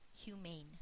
humane